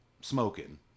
smoking